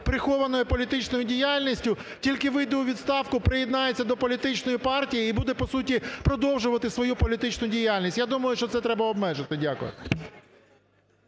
прихованою політичною діяльністю, тільки вийде у відставку – приєднається до політичної партії і буде, по суті, продовжувати свою політичну діяльність. Я думаю, що це треба обмежити. Дякую.